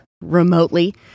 remotely